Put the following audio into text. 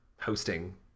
hosting